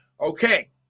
Okay